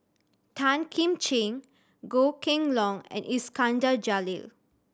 Tan Kim Ching Goh Kheng Long and Iskandar Jalil